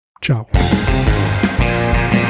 Ciao